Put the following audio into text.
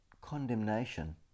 condemnation